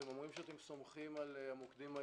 אתם אומרים שאתם סומכים על המוקדים העירוניים,